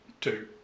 Two